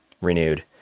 renewed